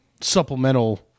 supplemental